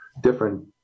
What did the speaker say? different